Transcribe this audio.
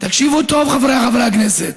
תקשיבו טוב, חבריי חברי הכנסת,